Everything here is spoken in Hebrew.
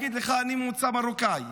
הוא יגיד לך: אני ממוצא מרוקאי,